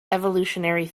evolutionary